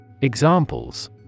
Examples